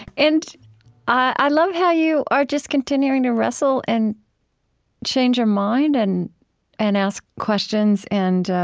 and i love how you are just continuing to wrestle and change your mind and and ask questions, and